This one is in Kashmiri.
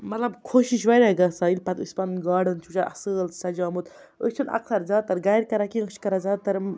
مَطلب خوشی چھِ واریاہ گَژھان ییٚلہِ پَتہٕ أسۍ پَنُن گارڈٕن چھِ وُچھان اصۭل سَجیٛامُت أسۍ چھِنہٕ اَکثَر زیاد تَر گھرِ کَران کیٚنٛہہ أسۍ چھِ کَران زیادٕ تَر